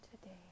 today